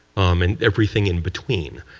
um and everything in between.